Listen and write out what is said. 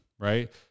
right